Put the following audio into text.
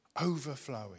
overflowing